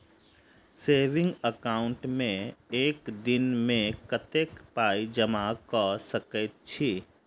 Saving account मे एक दिनमे कतेक पाई जमा कऽ सकैत छी?